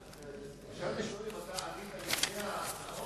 אפשר לשאול, אתה ענית על שתי ההצעות?